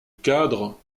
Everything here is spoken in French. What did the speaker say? cadre